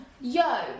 Yo